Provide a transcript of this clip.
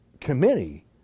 committee